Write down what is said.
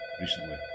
recently